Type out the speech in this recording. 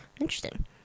Interesting